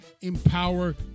Empower